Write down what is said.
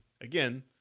again